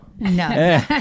No